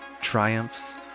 triumphs